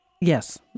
Yes